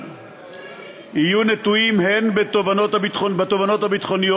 יהיו נטועים הן בתובנות הביטחוניות